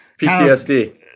PTSD